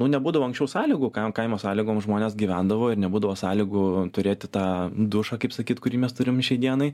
nu nebūdavo anksčiau sąlygų kam kaimo sąlygoms žmonės gyvendavo ir nebūdavo sąlygų turėti tą dušą kaip sakyt kurį mes turime šiai dienai